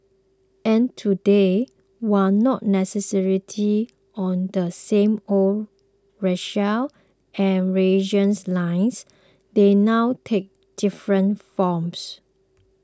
and today while not necessarily on the same old racial and religious lines they now take different forms